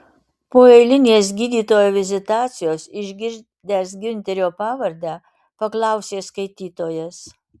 po eilinės gydytojo vizitacijos išgirdęs giunterio pavardę paklausė skaitytojas